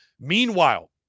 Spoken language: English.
Meanwhile